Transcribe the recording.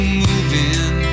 moving